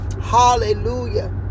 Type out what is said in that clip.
hallelujah